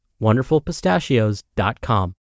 wonderfulpistachios.com